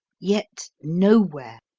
yet, nowhere,